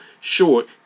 short